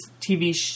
TV